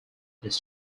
these